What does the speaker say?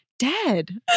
dead